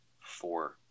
four